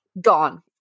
gone